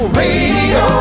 radio